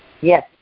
Yes